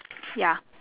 ya